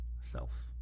self